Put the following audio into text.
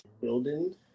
Building